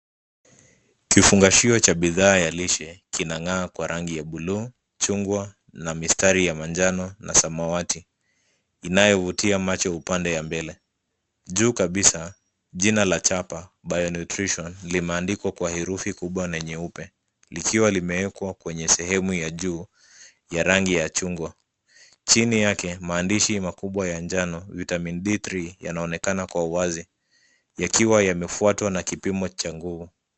Kifungashio cha bidhaa ya lishe kinang'aa kwa rangi ya buluu, chungwa na mistari ya manjano na samawati inayovutia macho upande ya mbele. Juu kabisa jina la chapa BIO NUTRITION limeandikwa kwa herufi kubwa na nyeupe, likiwa limewekwa kwenye sehemu ya juu ya rangi ya chungwa. Chini yake maandishi makubwa ya njano Vtamin D 3 yanaonekana kwa uwazi, yakiwa yamefuatwa na kipimo cha nguvu.